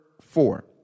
four